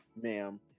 ma'am